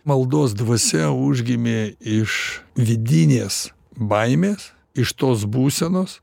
maldos dvasia užgimė iš vidinės baimės iš tos būsenos